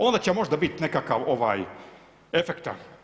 Onda će možda biti nekakva efekta.